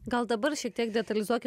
gal dabar šiek tiek detalizuokim